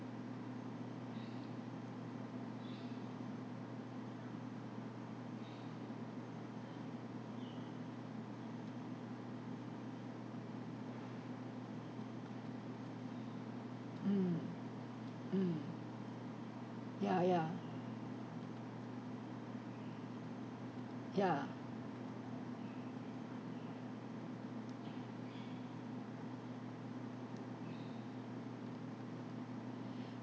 mm mm ya ya ya